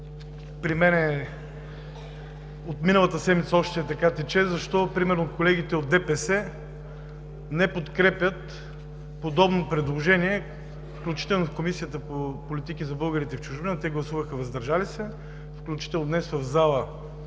при мен от миналата седмица още тече – защо, примерно, колегите от ДПС не подкрепят подобно предложение, включително в Комисията по политики за българите в чужбина, те гласуваха „въздържали се“? Включително днес в зала